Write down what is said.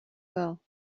well